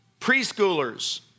Preschoolers